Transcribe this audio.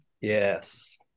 yes